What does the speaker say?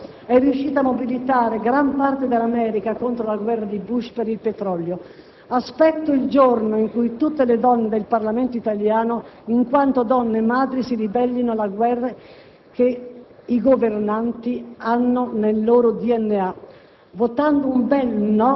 Un'altissima percentuale di militari al rientro dall'Afghanistan, è notizia di pochi giorni, dopo i risultati alterati delle analisi, sono stati operati alla tiroide per limitare i danni della contaminazione. Che futuro avranno? Questo cinismo,